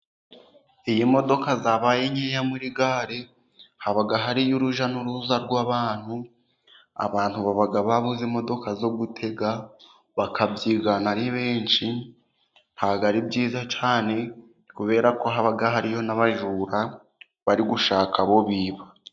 Iyo imodoka zabaye nkeya muri gare, haba hariyo urujya n'uruza rw'abantu, abantu baba babuze imodoka zo gutega, bakabyigana ari benshi, ntabwo ari byiza cyane, kubera ko haba hariyo n'abajura bari gushaka abo biba.